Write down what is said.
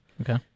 Okay